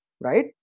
Right